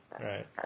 right